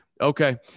okay